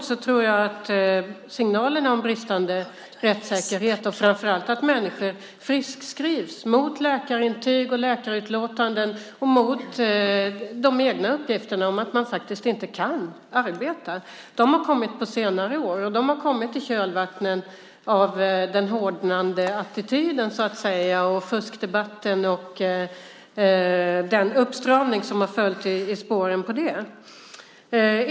Signalerna om bristande rättssäkerhet - att människor friskskrivs mot läkarintyg, mot läkarutlåtanden och mot egna uppgifter om att de inte kan arbeta - har kommit på senare år, i kölvattnet av den hårdnande attityden, fuskdebatten och uppstramningen.